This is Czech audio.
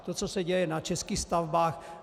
To, co se děje na českých stavbách...